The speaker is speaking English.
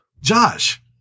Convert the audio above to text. Josh